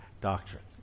doctrine